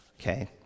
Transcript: okay